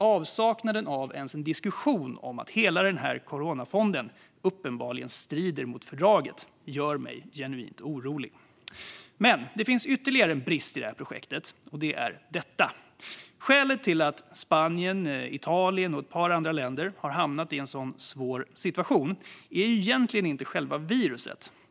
Avsaknaden av ens en diskussion om att hela coronafonden uppenbarligen strider mot fördraget gör mig genuint orolig. Men det finns ytterligare en brist i projektet, nämligen att skälet till att Spanien, Italien och ett par andra länder har hamnat i en så svår situation egentligen inte är själva viruset.